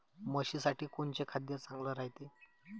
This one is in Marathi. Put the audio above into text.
म्हशीसाठी कोनचे खाद्य चांगलं रायते?